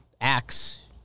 Acts